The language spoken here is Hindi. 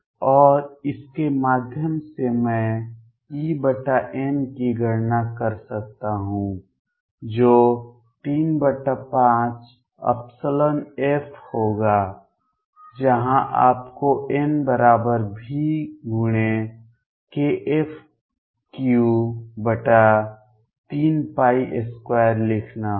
और इसके माध्यम से मैं EN की गणना कर सकता हूं जो 35F होगा जहां आपको NV×kF332 लिखना होगा